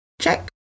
Check